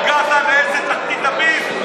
אחרי הבן אדם הזה הולכים מיליונים,